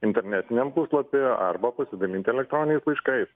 internetiniam puslapyje arba pasidalinti elektroniniais laiškais